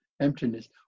emptiness